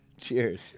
Cheers